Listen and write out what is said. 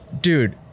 dude